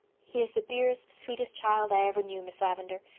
he is the dearest, sweetest child i ever knew, miss lavendar.